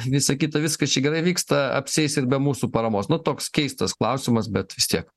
visa kita viskas čia gerai vyksta apsieis ir be mūsų paramos nu toks keistas klausimas bet vis tiek